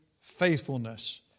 faithfulness